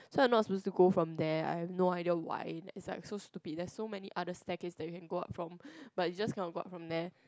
so you're not to go from there I have no idea why like is like so stupid there is so many other staircase that you can go up from but you just cannot go up from there